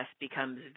becomes